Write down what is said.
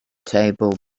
table